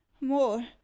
more